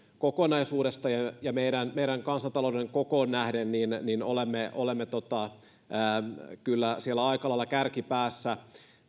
kokonaisuudesta ja meidän meidän kansantalouden kokoon nähden olemme kyllä siellä aika lailla kärkipäässä